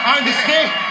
understand